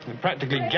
practically